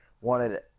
wanted